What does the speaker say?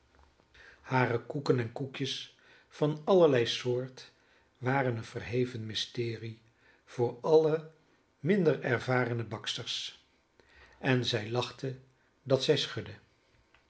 hare koeken en koekjes van allerlei soort waren een verheven mysterie voor alle minder ervarene baksters en zij lachte dat zij schudde